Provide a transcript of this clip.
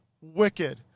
wicked